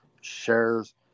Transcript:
shares